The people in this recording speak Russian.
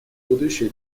будущие